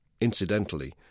Incidentally